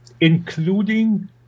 including